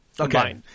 Okay